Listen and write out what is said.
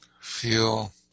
Feel